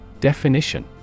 Definition